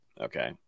Okay